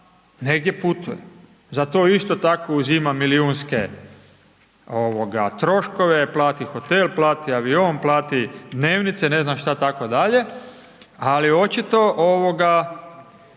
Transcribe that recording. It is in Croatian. negdje putuje, za to isto tako uzima milijunske troškove, plati hotel, plati avion, plati dnevnice, ne znam šta, tako dalje, ali očito, očito